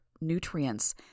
nutrients